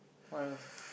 what else